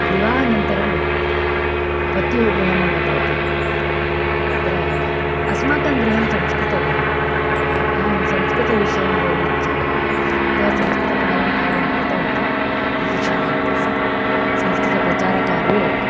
विवाहानन्तरं पत्युः गृहम् आगतवती अत्र अस्माकं गृहं संस्कृतगृहम् अहं संस्कृतविषयं बहु इच्छामि यतः संस्कृतकार्यं पूर्वं कृतवती इति कारणतः संस्कृतप्रचारकार्ये